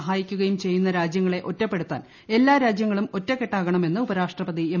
സഹായിക്കുകയും ചെയ്യുന്ന രാജ്യങ്ങളെ ഒറ്റപ്പെടുത്താൻ എല്ലാ രാജ്യങ്ങളും ഒറ്റക്കെട്ടാകണമെന്ന് ഉപരാഷ്ട്രപതി എം